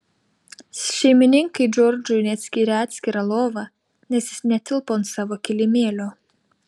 šeimininkai džordžui net skyrė atskirą lovą nes jis netilpo ant savo kilimėlio